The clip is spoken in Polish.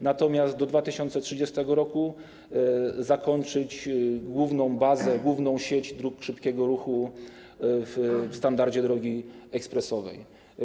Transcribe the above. Natomiast do 2030 r. chcemy zakończyć główną bazę, główną sieć dróg szybkiego ruchu w standardzie drogi ekspresowej.